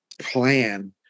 plan